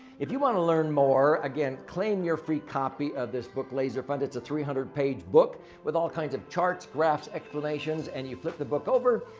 if you want to learn more, again, claim your free copy of this book laser fund. it's a three hundred page book with all kinds of charts, graphs explanations. and you flip the book over,